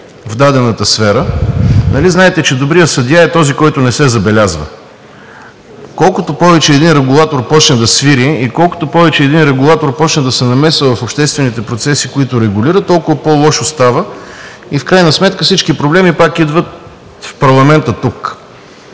в дадената сфера. Нали знаете, че добрият съдия е този, който не се забелязва? Колкото повече един регулатор започне да свири, колкото повече един регулатор започва да се намесва в обществените процеси, които регулира, толкова по-лош става и в крайна сметка всички проблеми пак идват тук в парламента.